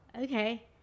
Okay